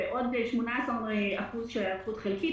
ועוד ב-18% היערכות חלקית.